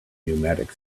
pneumatic